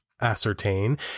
ascertain